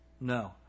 No